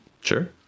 sure